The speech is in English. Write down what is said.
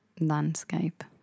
landscape